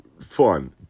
fun